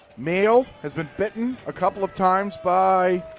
meehl has been bitten a couple of times by